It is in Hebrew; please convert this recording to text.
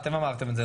אתם אמרתם את זה,